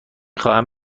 خواهم